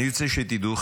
אני רוצה שתדעו,